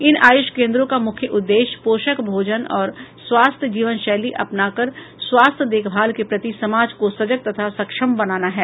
इन आयुष केन्द्रों का मुख्य उद्देश्य पोषक भोजन और स्वस्थ्य जीवन शैली अपनाकर स्वास्थ्य देखभाल के प्रति समाज को सजग तथा सक्षम बनाना है